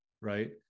right